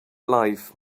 life